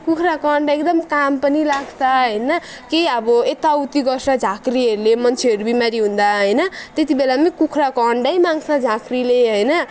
कुखुराको अन्डा एकदम काम पनि लाग्छ होइन कि अब यताउति गर्छ झाँक्रीहरूले मान्छेहरू बिमारी हुँदा होइन त्यति बेला पनि कुखुराको अन्डै माग्छ झाँक्रीले होइन